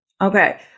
Okay